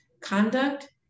conduct